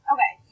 Okay